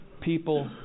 people